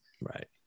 Right